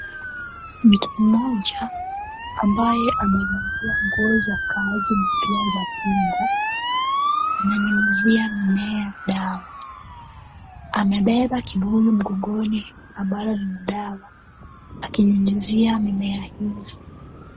Mtu mmoja ambaye amevalia nguo za kazi na pia za kinga ananyunyizia mimea dawa. Amebeba kibuyu mgongoni ambalo lina dawa, akinyunyizia mimea hizo.